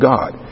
God